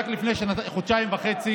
רק לפני חודשיים וחצי